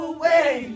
away